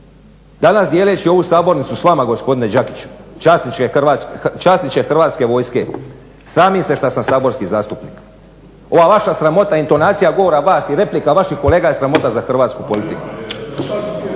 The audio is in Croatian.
Danas dijeleći ovu sabornicu s vama gospodine Đakiću časniče hrvatske vojske sramim se što sam saborski zastupnik. Ova vaša sramota intonacija govora vas i replika vaših kolega je sramota za hrvatsku politiku.